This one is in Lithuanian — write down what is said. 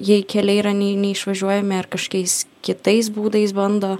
jei keliai yra nei neišvažiuojami ar kažkokiais kitais būdais bando